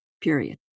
period